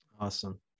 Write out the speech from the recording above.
Awesome